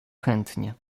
chętnie